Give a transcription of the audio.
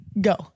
Go